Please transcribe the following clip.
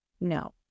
no